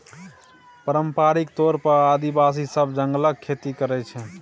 पारंपरिक तौर पर आदिवासी सब जंगलक खेती करय छै